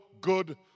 good